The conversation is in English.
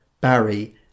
Barry